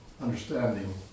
understanding